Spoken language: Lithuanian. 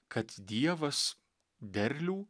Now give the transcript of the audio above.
kad dievas derlių